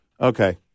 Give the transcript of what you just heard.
okay